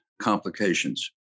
complications